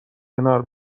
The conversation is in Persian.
کنار